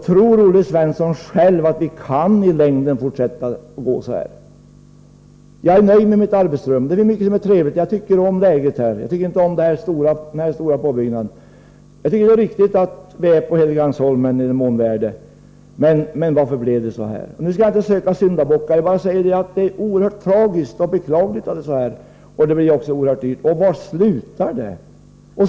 Tror Olle Svensson själv att vi i längden kan fortsätta så här? Jag är nöjd med mitt arbetsrum. Det är mycket som är trevligt — jag tycker om läget här, men jag tycker inte om den här stora påbyggnaden. Jag tycker det är viktigt att vi är på Helgeandsholmen, i den mån vi är det, men varför blev det så här? Nu skall jag inte söka syndabockar — jag säger bara att det är oerhört tragiskt och beklagligt att det är som det är, och det blir också oerhört dyrt. Och var slutar det?